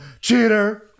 Cheater